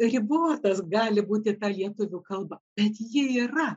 ribotas gali būti ta lietuvių kalba bet ji yra